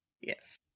yes